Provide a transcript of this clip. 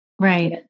Right